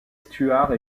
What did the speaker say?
stuart